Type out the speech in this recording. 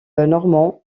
normand